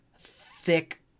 thick